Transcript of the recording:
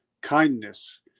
kindness